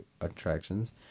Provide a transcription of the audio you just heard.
attractions